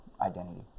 identity